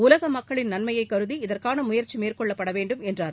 உலக மக்களின் நன்மையைக் கருதி இதற்கான முயற்சி மேற்கொள்ளப்பட வேண்டும் என்றார்